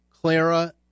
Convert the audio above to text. Clara